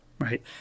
right